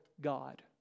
God